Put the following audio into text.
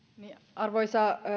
arvoisa